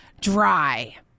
dry